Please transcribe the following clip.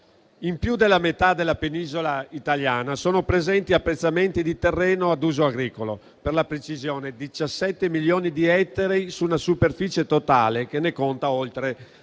in più della metà della penisola italiana sono presenti appezzamenti di terreno ad uso agricolo, per la precisione 17 milioni di ettari su una superficie totale che ne conta oltre 30